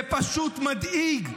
זה פשוט מדאיג.